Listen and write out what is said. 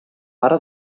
pare